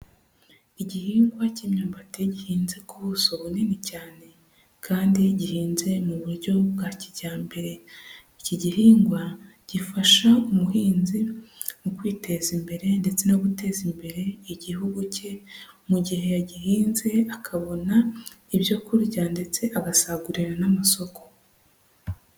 Igihingwa cy'imyumbati gihinze ku buso bunini cyane kandi gihinze mu buryo bwa kijyambere, iki gihingwa gifasha umuhinzi mu kwiteza imbere ndetse no guteza imbere igihugu cye, mu gihe yagihinze akabona ibyo kurya ndetse agasagurira n'amasoko.